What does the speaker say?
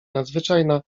nadzwyczajna